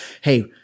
hey